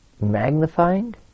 magnifying